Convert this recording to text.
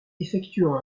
effectuant